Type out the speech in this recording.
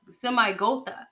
Semi-Gotha